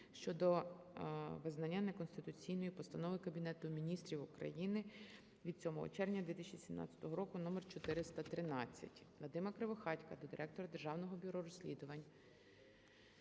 щодо визнання неконституційною Постанови Кабінету Міністрів України від 7 червня 2017 року №413. Вадима Кривохатька до директора Державного бюро розслідувань,